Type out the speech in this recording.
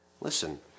Listen